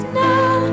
now